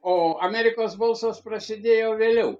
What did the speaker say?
o amerikos balsas prasidėjo vėliau